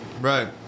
Right